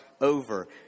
over